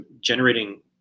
generating